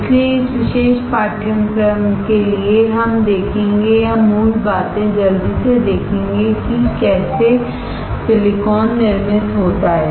इसलिए इस विशेष पाठ्यक्रम के लिए हम देखेंगे या मूल बातें जल्दी से देखेंगे और देखेंगे कि कैसे सिलिकॉन निर्मित होता है